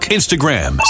Instagram